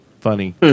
funny